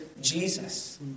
Jesus